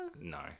No